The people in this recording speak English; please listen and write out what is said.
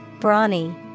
Brawny